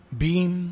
beam